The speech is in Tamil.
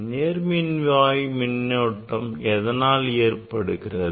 நேர் மின்வாய் மின்னோட்டம் எதனால் ஏற்படுகிறது